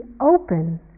open